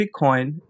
Bitcoin